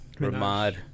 Ramad